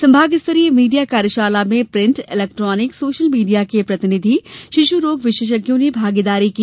संभागस्तरीय media कार्यशाला में print electronic social media के प्रतिनिधि शिशु रोग विशेषज्ञों ने भागीदारी की